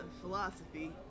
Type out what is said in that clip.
philosophy